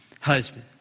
husband